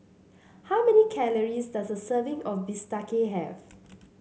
how many calories does a serving of Bistake have